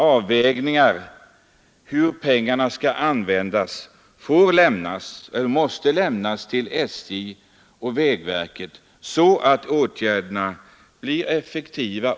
Avvägningarna av hur dessa pengar skall användas måste överlämnas till SJ och vägverket, så att åtgärderna blir effektiva.